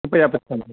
कृपया पृच्छन्तु